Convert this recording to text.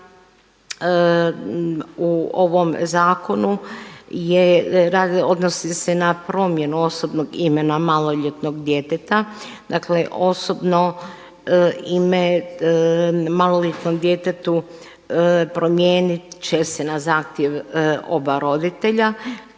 u ovom zakonu odnosni se na promjenu osobnog imena maloljetnog djeteta. Dakle osobno ime maloljetnom djetetu promijenit će se na zahtjev oba roditelja,